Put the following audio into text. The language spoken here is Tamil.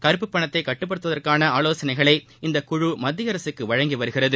கருப்புப் பணத்தை கட்டுப்படுத்துவதற்கான ஆலோசனைகளை இந்தக் குழு மத்திய அரசுக்கு வழங்கி வருகிறது